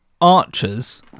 archers